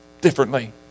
differently